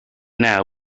now